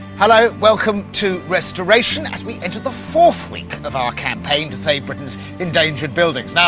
hello, welcome to restoration, as we enter the fourth week of our campaign to save britain's endangered buildings. now,